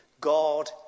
God